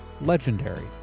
legendary